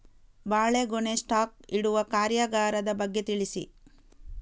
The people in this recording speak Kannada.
ಬಾಳೆಗೊನೆ ಸ್ಟಾಕ್ ಇಡುವ ಕಾರ್ಯಗಾರದ ಬಗ್ಗೆ ತಿಳಿಸಿ